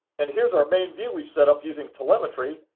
and here's our main view we've set up using telemetry,